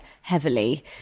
heavily